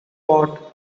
pot